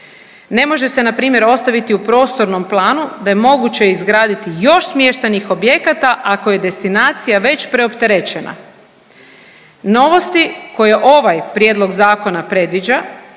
ne može se npr. ostaviti u prostornom planu da je moguće izgraditi još smještajnih objekata ako je destinacija već preopterećena. Novosti koje ovaj prijedlog zakona predviđa